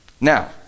Now